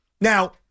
Now